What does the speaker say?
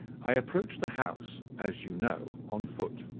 i approached the house, as you know, on foot,